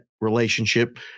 relationship